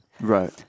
Right